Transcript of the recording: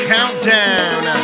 Countdown